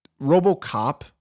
Robocop